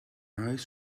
oes